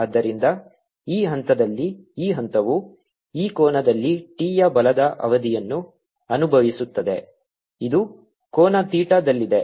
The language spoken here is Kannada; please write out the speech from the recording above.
ಆದ್ದರಿಂದ ಈ ಹಂತದಲ್ಲಿ ಈ ಹಂತವು ಈ ಕೋನದಲ್ಲಿ T ಯ ಬಲದ ಅವಧಿಯನ್ನು ಅನುಭವಿಸುತ್ತದೆ ಇದು ಕೋನ ಥೀಟಾದಲ್ಲಿದೆ